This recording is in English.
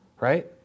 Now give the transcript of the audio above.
Right